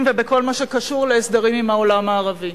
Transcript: ובכל מה שקשור להסדרים עם העולם הערבי.